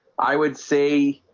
i would say,